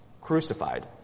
crucified